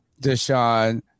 Deshaun